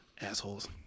Assholes